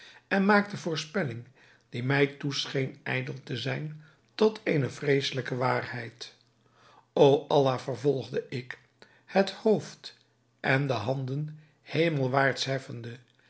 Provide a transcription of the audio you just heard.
en maak de voorspelling die mij toescheen ijdel te zijn tot eene vreeselijke waarheid o allah vervolgde ik het hoofd en de handen hemelwaarts heffende